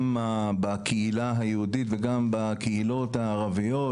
גם בקהילה היהודית וגם בקהילות הערביות,